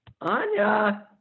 Anya